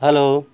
hello